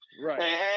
Right